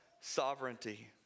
sovereignty